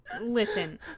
Listen